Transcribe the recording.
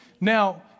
Now